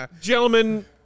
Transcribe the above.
Gentlemen